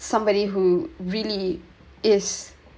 somebody who really is